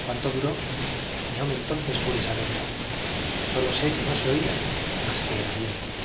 cuánto duró ni aún entonces pude saberlo sólo sé que no se oía más que el aliento